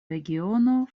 regiono